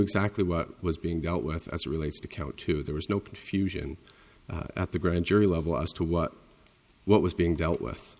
exactly what was being dealt with as it relates to count two there was no confusion at the grand jury level as to what what was being dealt with